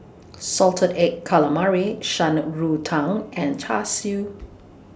Salted Egg Calamari Shan Rui Tang and Char Siu